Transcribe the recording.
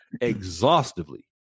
exhaustively